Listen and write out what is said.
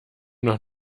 noch